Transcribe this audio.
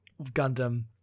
gundam